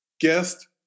guest